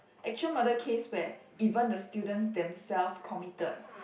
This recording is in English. actual murder case where even the students themselves commited